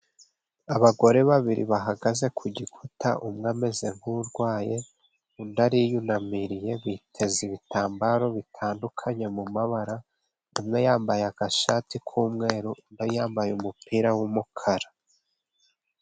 Abagore babiri bahagaze ku gikuta ,umwe ameze nk'urwaye undi ariyunamiye biteze ibitambaro bitandukanye mu mabara, umwe yambaye agashati k'umweru ,undi yambaye umupira w'umukara.